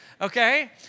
okay